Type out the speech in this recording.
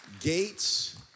gates